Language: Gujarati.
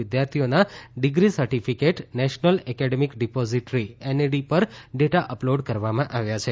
વિદ્યાર્થીઓના degree certificate national academic depository NAD પર ડેટા અપલોડ કરવામાં આવ્યા છે